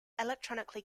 electronically